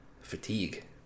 fatigue